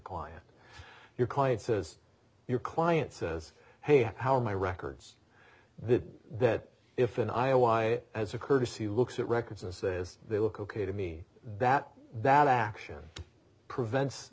client your client says your client says hey how are my records that that if an i o i as a courtesy looks at records and says they look ok to me that that action prevent